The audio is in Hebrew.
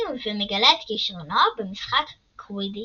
ומגלה את כישרונו במשחק קווידיץ'.